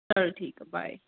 ਚੱਲ ਠੀਕ ਹੈ ਬਾਏ